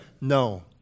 No